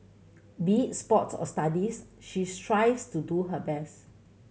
be sports or studies she strives to do her best